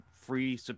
free